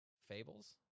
Fables